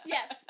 Yes